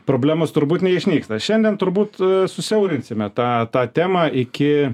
problemos turbūt neišnyksta šiandien turbūt susiaurinsime tą tą temą iki